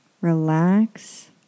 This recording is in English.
relax